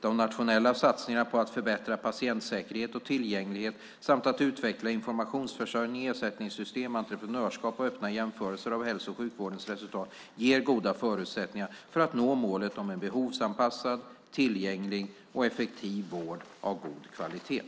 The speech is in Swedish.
De nationella satsningarna på att förbättra patientsäkerhet och tillgänglighet samt att utveckla informationsförsörjning, ersättningssystem, entreprenörskap och öppna jämförelser av hälso och sjukvårdens resultat ger goda förutsättningar för att nå målet om en behovsanpassad, tillgänglig och effektiv vård av god kvalitet.